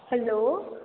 hello